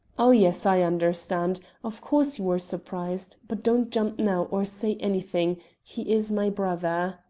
oh, yes, i understand. of course you were surprised. but don't jump now, or say anything he is my brother!